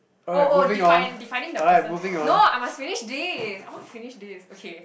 oh oh define defining the person no I must finish this I want to finish this okay